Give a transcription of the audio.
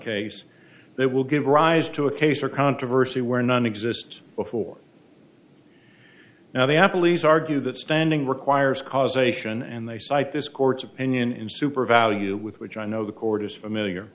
case that will give rise to a case or controversy where none exists before now the apple e's argue that standing requires causation and they cite this court's opinion in super value with which i know the court is familiar